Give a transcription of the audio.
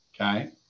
Okay